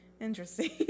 Interesting